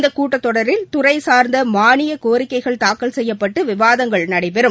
இந்த கூட்டத் தொடரில் துறை சார்ந்த மானியக் கோரிக்கைகள் தாக்கல் செய்யப்பட்டு விவாதங்கள் நடைபெறும்